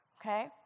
Okay